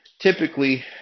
typically